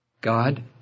God